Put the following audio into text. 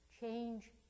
change